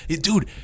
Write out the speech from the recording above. Dude